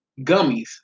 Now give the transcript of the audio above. Gummies